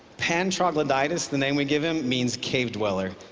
pan troglodytes, the name we give him, means cave dweller.